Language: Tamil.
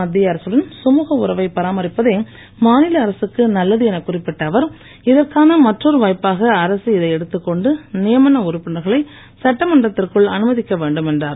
மத்திய அரசுடன் கமுக உறவைப் பராமரிப்பதே மாநில அரசுக்கு நல்லது எனக் குறிப்பிட்ட அவர் இதற்கான மற்றொரு வாய்ப்பாக அரக இதை எடுத்துக் கொண்டு நியமன உறுப்பினர்களை சட்டமன்றத்திற்குள் அனுமதிக்க வேண்டும் என்றார்